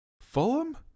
Fulham